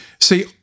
See